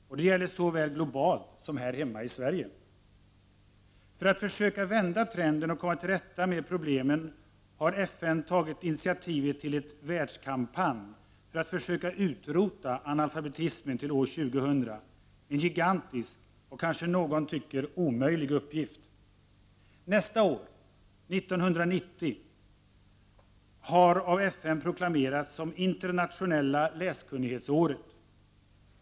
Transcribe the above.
Och det gäller såväl globalt som här hemma i Sverige. till år 2000 — en gigantisk och, kanske någon tycker, omöjlig uppgift. Nästa år, 1990 har av FN proklamerats som internationella läskunnighetsåret.